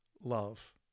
love